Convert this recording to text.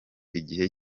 igihe